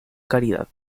caridad